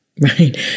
Right